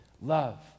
love